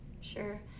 Sure